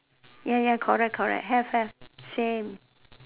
ya ya correct correct have have same